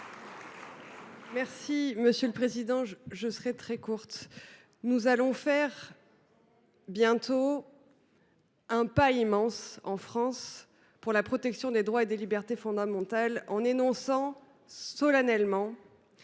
Vogel, pour explication de vote. Nous allons faire bientôt un pas immense en France pour la protection des droits et des libertés fondamentales, en énonçant solennellement